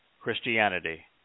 Christianity